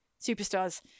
Superstars